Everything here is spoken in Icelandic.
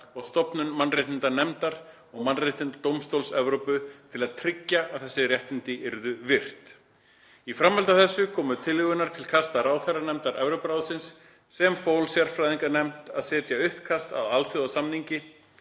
og stofnun mannréttindanefndar og Mannréttindadómstóls Evrópu til að tryggja að þessi réttindi yrðu virt. Í framhaldi af þessu komu tillögurnar til kasta ráðherranefndar Evrópuráðsins sem fól sérfræðinganefnd að semja uppkast að alþjóðasamningi